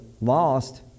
lost